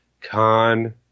Con